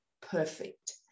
perfect